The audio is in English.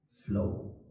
flow